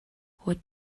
what